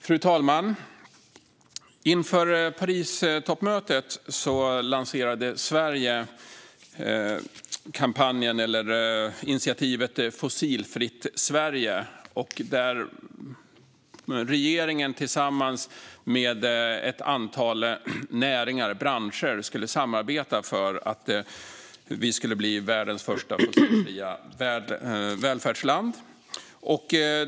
Fru talman! Inför Paristoppmötet lanserade Sverige initiativet Fossilfritt Sverige. Regeringen tillsammans med ett antal näringar och branscher skulle samarbeta för att vi skulle bli världens första fossilfria välfärdsland.